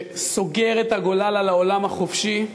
שסוגר את הגולל על העולם החופשי.